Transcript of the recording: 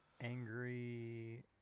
angry